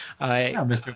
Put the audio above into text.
Mr